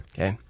Okay